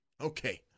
Okay